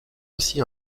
aussi